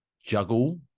juggle